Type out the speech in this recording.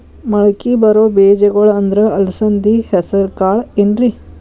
ಮಳಕಿ ಬರೋ ಬೇಜಗೊಳ್ ಅಂದ್ರ ಅಲಸಂಧಿ, ಹೆಸರ್ ಕಾಳ್ ಏನ್ರಿ?